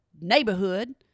neighborhood